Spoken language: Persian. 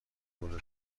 گولتون